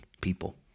people